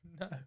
No